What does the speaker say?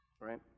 right